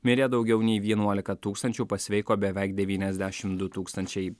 mirė daugiau nei vienuolika tūkstančių pasveiko beveik devyniasdešimt du tūkstančiai